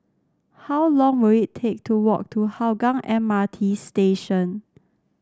how long will it take to walk to Hougang M R T Station